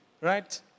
right